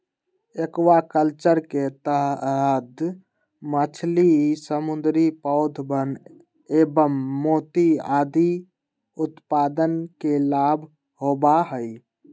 aquaculture के तहद मछली, समुद्री पौधवन एवं मोती आदि उत्पादन के लाभ होबा हई